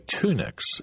tunics